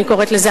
אני קוראת לזה,